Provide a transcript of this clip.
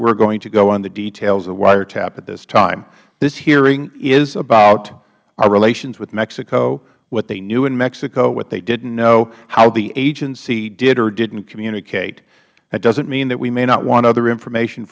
are going to go on the details of wiretap at this time this hearing is about our relations with mexico what they knew in mexico what they didn't know how the agency did or didn't communicate that doesn't mean that we may not want other information